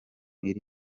iri